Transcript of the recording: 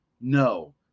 No